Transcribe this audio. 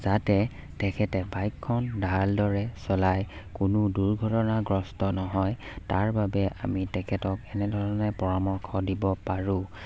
যাতে তেখেতে বাইকখন ভাল দৰে চলাই কোনো দুৰ্ঘটনাগ্ৰস্ত নহয় তাৰ বাবে আমি তেখেতক এনেধৰণে পৰামৰ্শ দিব পাৰোঁ